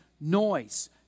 noise